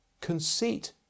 Conceit